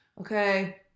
okay